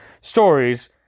stories